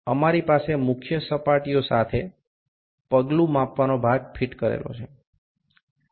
અમારી પાસે મુખ્ય સપાટીઓ સાથે પગલું માપવાનો ભાગ ફીટ કરેલો છે